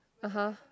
(uh huh)